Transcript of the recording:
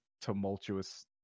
tumultuous